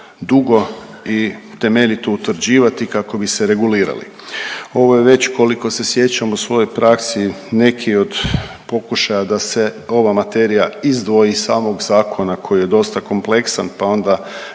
i temeljito utvrđivati kako bi se regulirali. Ovo je već, koliko se sjećam u svojoj praksi neki od pokušaja da se ova materija izdvoji iz samog zakona koji je dosta kompleksan pa onda